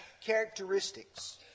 characteristics